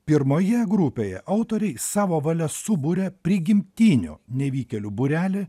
pirmoje grupėje autoriai savo valia suburia prigimtinių nevykėlių būrelį